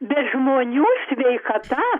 bet žmonių sveikata